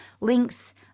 links